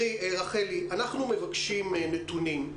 רחלי, אנחנו מבקשים נתונים.